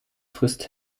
frisst